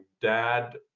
dad